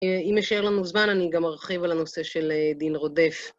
אם ישאר לנו זמן, אני גם ארחיב על הנושא של דין רודף.